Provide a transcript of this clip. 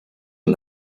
and